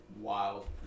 Wild